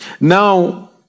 Now